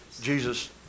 Jesus